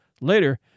later